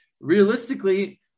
realistically